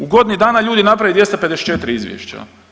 U godini dana ljudi naprave 254 izvješća.